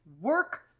Work